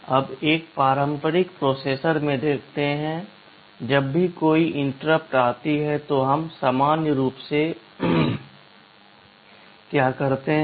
आप एक पारंपरिक प्रोसेसर में देखते हैं जब भी कोई इंटरप्ट आती है तो हम सामान्य रूप से क्या करते हैं